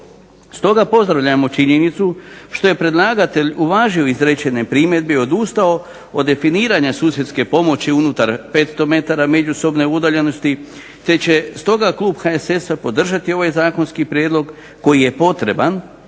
Stoga pozdravljamo činjenicu što je predlagatelj uvažio izrečene primjedbi i odustao od definiranja susjedske pomoći unutar 500 m međusobne udaljenosti, te će klub HSS-a podržati ovaj zakonski prijedlog koji je potreban